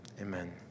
Amen